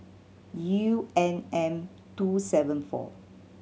U N M two seven four